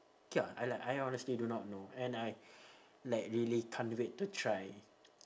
ya I like I honestly do not know and I like really can't wait to try